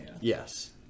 Yes